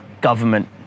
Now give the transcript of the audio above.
government